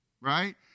Right